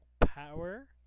power